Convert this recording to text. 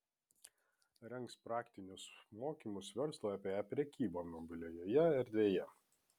rengs praktinius mokymus verslui apie e prekybą mobiliojoje erdvėje